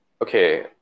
Okay